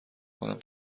کنم